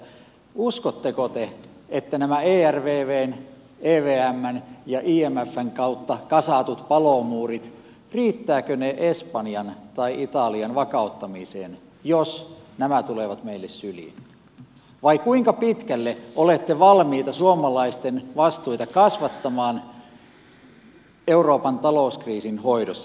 uskotteko te että nämä ervvn evmn ja imfn kautta kasatut palomuurit riittävät espanjan tai italian vakauttamiseen jos nämä tulevat meille syliin vai kuinka pitkälle olette valmiita suomalaisten vastuita kasvattamaan euroopan talouskriisin hoidossa